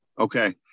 Okay